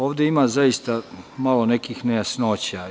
Ovde ima zaista malo nekih nejasnoća.